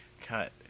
cut